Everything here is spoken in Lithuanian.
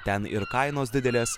ten ir kainos didelės